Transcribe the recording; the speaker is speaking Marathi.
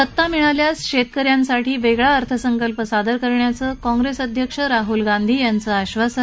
सत्ता मिळाल्यास शेतक यांसाठी वेगळा अर्थसंकल्प सादर करण्याचं काँग्रेस अध्यक्ष राहुल गांधी यांचं आश्वासन